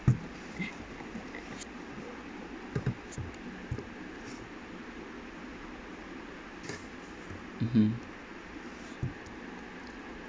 mmhmm